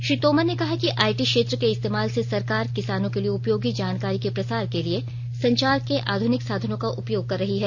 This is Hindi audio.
श्री तोमर ने कहा कि आईटी क्षेत्र के इस्तेमाल से सरकार किसानों के लिए उपयोगी जानकारी के प्रसार के लिए संचार के आध्निक साधनों का उपयोग कर रही है